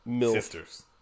sisters